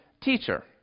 Teacher